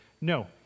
No